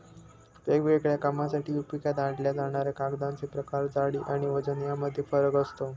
वेगवेगळ्या कामांसाठी उपयोगात आणल्या जाणाऱ्या कागदांचे प्रकार, जाडी आणि वजन यामध्ये फरक असतो